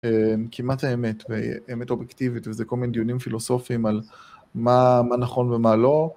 כמעט האמת, האמת אובייקטיבית וזה כל מיני דיונים פילוסופיים על מה נכון ומה לא.